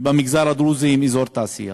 במגזר הדרוזי עם אזור תעשייה.